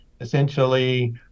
essentially